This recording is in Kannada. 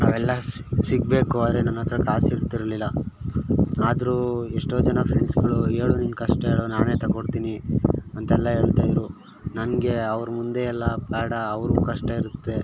ಅವೆಲ್ಲ ಸಿಗಬೇಕು ಆದರೆ ನನ್ನ ಹತ್ತಿರ ಕಾಸು ಇರ್ತಿರಲಿಲ್ಲ ಆದರು ಎಷ್ಟೋ ಜನ ಫ್ರೆಂಡ್ಸುಗಳು ಹೇಳು ನಿನ್ನ ಕಷ್ಟ ಹೇಳು ನಾನೇ ತಕ್ಕೊಡ್ತೀನಿ ಅಂತೆಲ್ಲ ಹೇಳ್ತಾಯಿದ್ದರು ನನಗೆ ಅವ್ರ ಮುಂದೆಯಲ್ಲ ಬ್ಯಾಡ ಅವ್ರಿಗೂ ಕಷ್ಟ ಇರುತ್ತೆ